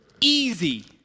easy